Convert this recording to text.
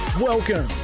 Welcome